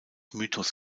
mythos